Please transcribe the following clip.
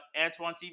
Antoine